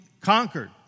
conquered